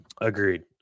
Agreed